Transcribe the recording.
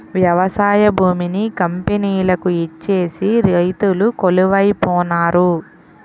వ్యవసాయ భూమిని కంపెనీలకు ఇచ్చేసి రైతులు కొలువై పోనారు